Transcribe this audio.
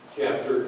Chapter